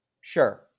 Sure